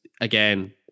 again